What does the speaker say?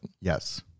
Yes